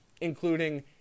including